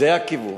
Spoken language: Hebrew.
זה הכיוון.